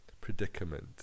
predicament